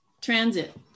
transit